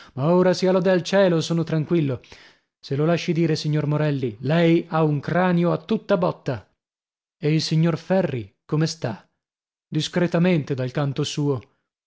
ma ora sia lode al cielo sono tranquillo se lo lasci dire signor morelli lei ha un cranio a tutta botta e il signor ferri come sta discretamente dal canto suo